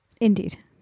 Indeed